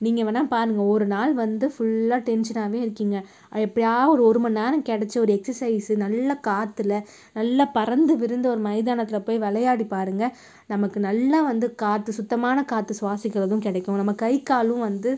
நீங்கள் வேணால் பாருங்கள் ஒரு நாள் வந்து ஃபுல்லாக டென்ஷனாகவே இருக்கீங்க எப்போயா ஒரு மணி நேரம் கிடைச்சு ஒரு எக்ஸசைஸு நல்ல காற்றில் நல்ல பரந்து விரிந்த ஒரு மைதானத்தில் போய் விளையாடி பாருங்கள் நமக்கு நல்ல வந்து காற்று சுத்தமான காற்று ஸ்வாசிக்கிறதும் கிடைக்கும் நம்ம கை காலும் வந்து